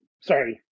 Sorry